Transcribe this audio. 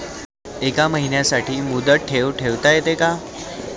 एका महिन्यासाठी मुदत ठेव ठेवता येते का?